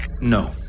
No